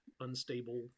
unstable